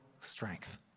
strength